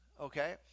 Okay